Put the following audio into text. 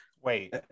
Wait